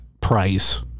price